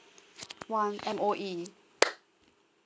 one M_O_E